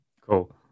cool